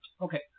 Okay